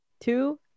two